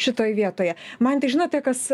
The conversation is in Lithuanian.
šitoj vietoje man tai žinote kas